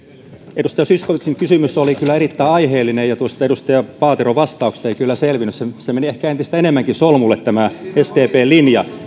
edustaja zyskowiczin kysymys oli kyllä erittäin aiheellinen ja tuosta edustaja paateron vastauksesta ei kyllä selvinnyt vaan meni ehkä entistä enemmänkin solmulle tämä sdpn linja